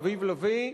אביב לביא.